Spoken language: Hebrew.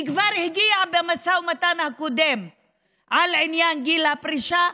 כי הוא כבר הגיע אליו במשא ומתן הקודם על עניין גיל הפרישה,